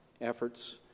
efforts